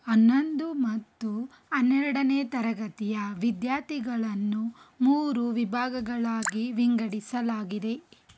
ಹನ್ನೊಂದು ಮತ್ತು ಹನ್ನೆರಡನೇ ತರಗತಿಯ ವಿದ್ಯಾರ್ಥಿಗಳನ್ನು ಮೂರು ವಿಭಾಗಗಳಾಗಿ ವಿಂಗಡಿಸಲಾಗಿದೆ